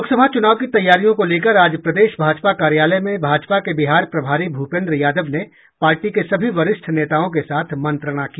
लोकसभा चुनाव की तैयारियों को लेकर आज प्रदेश भाजपा कार्यालय में भाजपा के बिहार प्रभारी भूपेन्द्र यादव ने पार्टी के सभी वरिष्ठ नेताओं के साथ मंत्रणा की